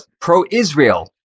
pro-israel